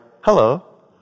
hello